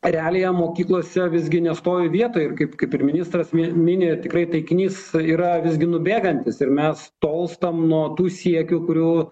realija mokyklose visgi nestovi vietoj kaip kaip ir ministras mini mini tikrai taikinys yra visgi nubėgantys ir mes tolstam nuo tų siekių kurių